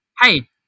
Hey